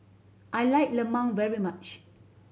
I like lemang very much